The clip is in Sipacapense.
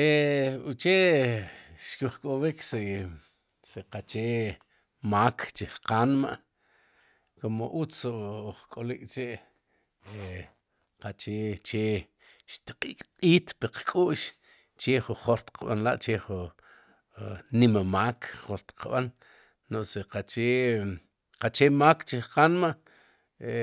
E uche xkuj k'ob'ik si si qache maak chij qaanma'komo uzt uj k'olik k'chi'e qache che xtq' q'iit puq k'u'x che jo jor xtiq b'anla' che ju nima maak jor tiqb'an no'j si qache gachee maak chij qaanma' e